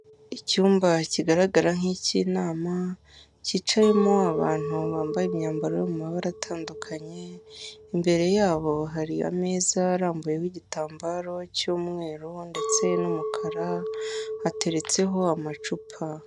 Icyumba kigaragara nk'icy'inama, cyicayemo abantu bambaye imyambaro yo mu mabara atandukanye, imbere yabo hariyo ameza arambuyeho igitambaro cy'umweru ndetse n'umukara, hateretseho amacupa.